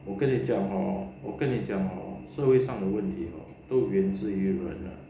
我跟你讲 hor 我跟你讲 hor 社会上的问题 hor 都源自于人啊